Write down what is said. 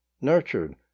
nurtured